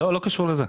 לא קשור לזה.